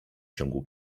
ciągu